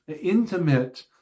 intimate